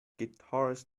guitarist